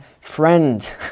friend